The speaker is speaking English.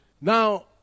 Now